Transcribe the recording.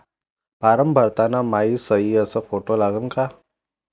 Form भरताना मायी सयी अस फोटो लागन का?